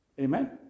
Amen